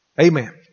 Amen